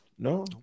No